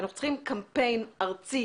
אנחנו צריכים קמפיין ארצי,